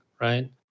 right